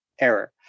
error